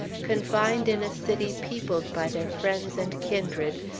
confined in a city peopled by their friends and kindred,